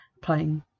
playing